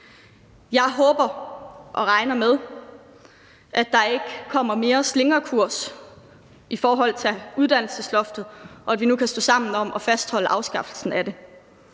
Jeg håber og regner med, at der ikke kommer mere slingrekurs i forhold til uddannelsesloftet, og at vi nu kan stå sammen om at fastholde afskaffelsen af det.